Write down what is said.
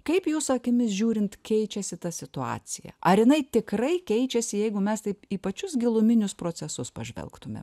kaip jūsų akimis žiūrint keičiasi ta situacija ar jinai tikrai keičiasi jeigu mes taip į pačius giluminius procesus pažvelgtumėm